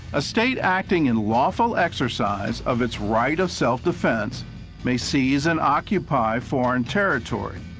a state acting in lawful exercise of its right of self defense may seize and occupy foreign territory,